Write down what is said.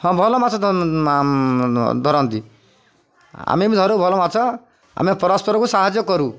ହଁ ଭଲ ମାଛ ଧରନ୍ତି ଆମେ ବି ଧରୁ ଭଲ ମାଛ ଆମେ ପରସ୍ପରକୁ ସାହାଯ୍ୟ କରୁ